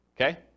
okay